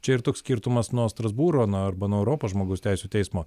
čia ir toks skirtumas nuo strasbūro na arba nuo europos žmogaus teisių teismo